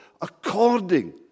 according